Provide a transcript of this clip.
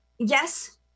Yes